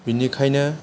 बेनिखायनो